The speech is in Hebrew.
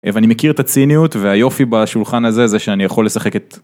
ואני מכיר את הציניות והיופי בשולחן הזה זה שאני יכול לשחק את..